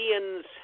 Ian's